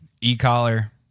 e-collar